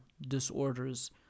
disorders